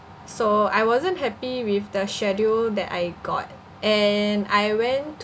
so I wasn't happy with the schedule that I got and I went